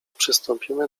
przystąpimy